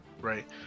right